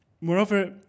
Moreover